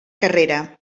carrera